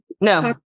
No